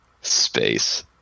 space